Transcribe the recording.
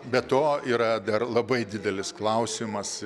be to yra dar labai didelis klausimas